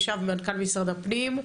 ישב מנכ"ל משרד הפנים,